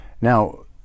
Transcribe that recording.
Now